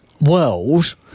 world